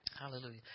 Hallelujah